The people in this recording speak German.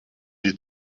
die